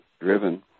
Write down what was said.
driven